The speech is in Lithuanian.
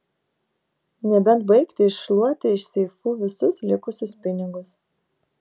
nebent baigti iššluoti iš seifų visus likusius pinigus